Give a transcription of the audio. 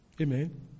Amen